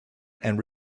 and